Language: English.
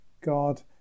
God